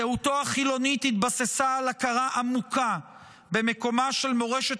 זהותו החילונית התבססה על הכרה עמוקה במקומה של מורשת